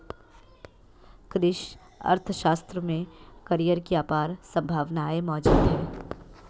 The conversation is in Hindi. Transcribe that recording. कृषि अर्थशास्त्र में करियर की अपार संभावनाएं मौजूद है